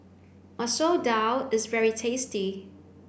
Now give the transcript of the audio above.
Masoor Dal is very tasty